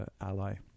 ally